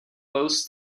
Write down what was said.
boasts